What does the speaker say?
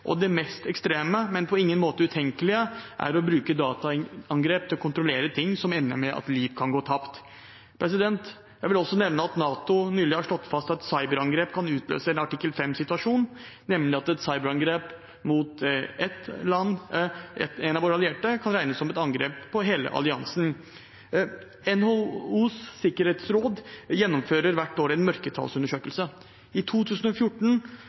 typer. Det mest ekstreme – men på ingen måte utenkelige – er å bruke dataangrep til å kontrollere ting som ender med at liv kan gå tapt. Jeg vil også nevne at NATO nylig har slått fast at et cyberangrep kan utløse en artikkel 5-situasjon, nemlig at et cyberangrep på en av våre allierte kan regnes som et angrep på hele alliansen. NHOs sikkerhetsråd gjennomfører hvert år en mørketallsundersøkelse. I 2014